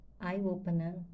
eye-opener